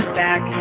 back